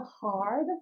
hard